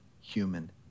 human